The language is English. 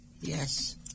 Yes